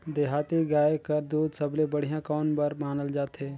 देहाती गाय कर दूध सबले बढ़िया कौन बर मानल जाथे?